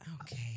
okay